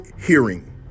hearing